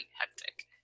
hectic